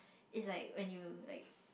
it's like when you like